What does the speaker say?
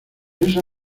esa